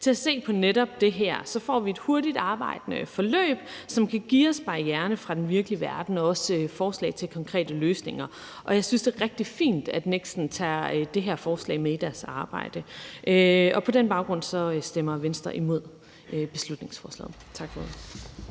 til at se på netop det her. Så får vi et forløb, hvor man arbejder hurtigt, og som kan give os barriererne fra den virkelige verden og også forslag til konkrete løsninger, og jeg synes, det er rigtig fint, at NEKST tager det her forslag med i sit arbejde. På den baggrund stemmer Venstre imod beslutningsforslaget. Tak for ordet.